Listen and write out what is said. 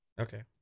Okay